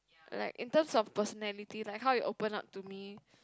like in terms of personality like how you open up to me